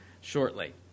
shortly